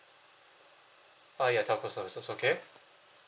via telco services okay